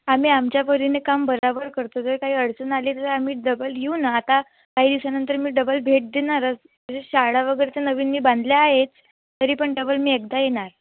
आम्ही आमच्या परीने काम बरोबर करतो तर काही अडचण आली तर आम्ही डबल येऊ ना आता काही दिवसानंतर मी डबल भेट देणारच तसेच शाळा वगैरे त्या नवीन मी बांधल्या आहेच तरी पण डबल मी एकदा येणार